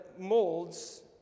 molds